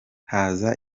haza